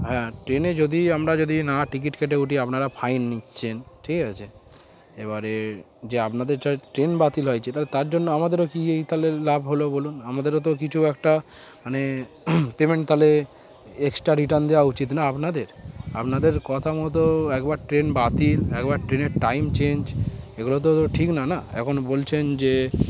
হ্যাঁ ট্রেনে যদি আমরা যদি না টিকিট কেটে উঠি আপনারা ফাইন নিচ্ছেন ঠিক আছে এবারে যে আপনাদের য ট্রেন বাতিল হয়েছে তাহলে তার জন্য আমাদেরও কি এই তাহলে লাভ হলো বলুন আমাদেরও তো কিছু একটা মানে পেমেন্ট তাহলে এক্সট্রা রিটার্ন দেওয়া উচিত না আপনাদের আপনাদের কথা মতো একবার ট্রেন বাতিল একবার ট্রেনের টাইম চেঞ্জ এগুলো তো ঠিক না না এখন বলছেন যে